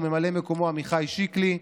וממלא מקומו: עמיחי שקלי,